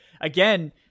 again